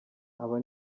aba